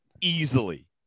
easily